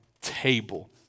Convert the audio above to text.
table